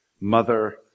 mother